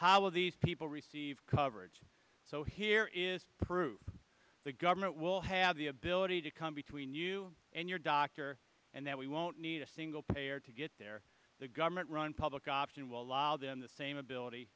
will these people receive coverage so here is proof the government will have the ability to come between you and your doctor and that we won't need a single payer to get there the government run public option will allow them the same ability